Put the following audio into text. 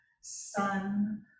sun